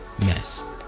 mess